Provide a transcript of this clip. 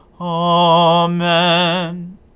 Amen